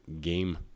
game